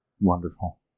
Wonderful